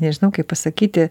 nežinau kaip pasakyti